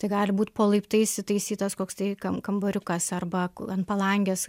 tai gali būt po laiptais įtaisytas koks tai kam kambariukas arba ant palangės